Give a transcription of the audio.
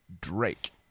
Drake